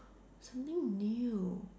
something new